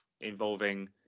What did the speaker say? involving